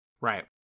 Right